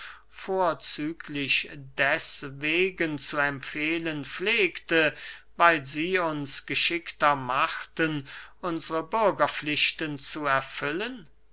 vorzüglich deßwegen zu empfehlen pflegte weil sie uns geschickter machen unsre bürgerpflichten zu erfüllen